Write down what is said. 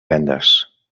vendes